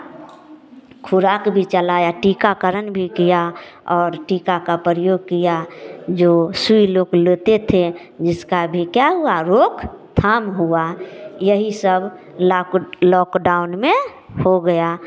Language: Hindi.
खुराक भी चलाया टीकाकरण भी किया और टीका का परयोग किया जो सुई लोग लेते थे जिसका भी क्या हुआ रोकथाम हुआ यही सब लाक लॉक डाउन में हो गया